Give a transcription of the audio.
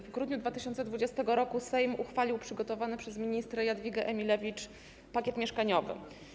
W grudniu 2020 r. Sejm uchwalił przygotowany przez minister Jadwigę Emilewicz pakiet mieszkaniowy.